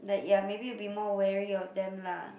like ya maybe you'll be more wary of them lah